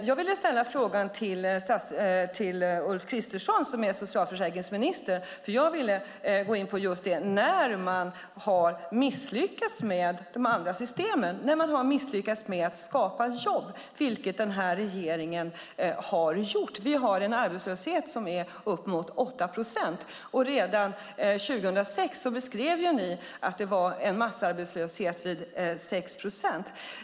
Jag ville ställa frågan till Ulf Kristersson, som är socialförsäkringsminister, för jag ville gå in på att man har misslyckats med de andra systemen, misslyckats med att skapa jobb, vilket den här regeringen har gjort. Vi har en arbetslöshet som är uppe mot 8 procent. Redan 2006 beskrev ni att det var en massarbetslöshet vid 6 procent.